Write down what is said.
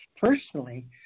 personally